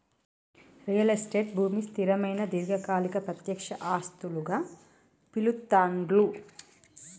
real estate భూమిని స్థిరమైన దీర్ఘకాలిక ప్రత్యక్ష ఆస్తులుగా పిలుత్తాండ్లు